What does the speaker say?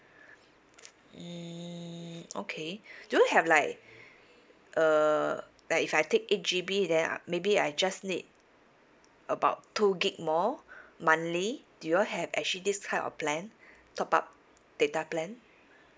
mm okay do have like uh like if I take eight G_B then I maybe I just need about two gig more monthly do you have actually this kind of plan top up data plan